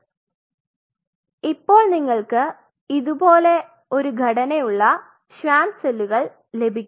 അതിനാൽ ഇപ്പോൾ നിങ്ങൾക് ഇതുപോലെ ഒരു ഘടന ഉള്ള ഷ്വാൻ സെല്ലുകൾ ലഭിക്കും